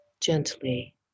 gently